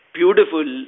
beautiful